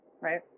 right